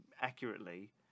accurately